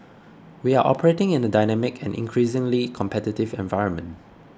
we are operating in a dynamic and increasingly competitive environment